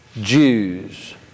Jews